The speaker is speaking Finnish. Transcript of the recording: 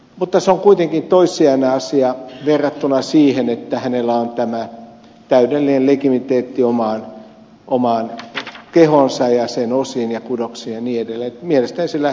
mutta se on kuitenkin toissijainen asia verrattuna siihen että hänellä on tämä täydellinen legitimiteetti omaan kehoonsa ja sen osiin ja kudoksiin ja niin edelleen